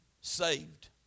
Saved